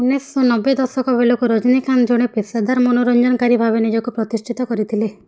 ଉଣେଇଶଶହ ନବେ ଦଶକ ବେଳକୁ ରଜନୀକାନ୍ତ ଜଣେ ପେସାଦାର ମନୋରଞ୍ଜନକାରୀ ଭାବେ ନିଜକୁ ପ୍ରତିଷ୍ଠିତ କରିଥିଲେ